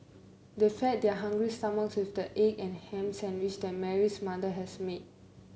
they fed their hungry stomachs with the egg and hams sandwiches that Mary's mother has made